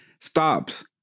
stops